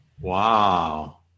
Wow